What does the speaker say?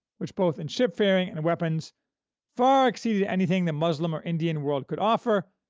which both in shipfaring and weapons far exceeded anything the muslim or indian world could offer,